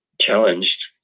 challenged